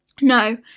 No